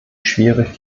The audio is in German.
schwierig